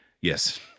yes